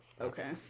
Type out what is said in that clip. Okay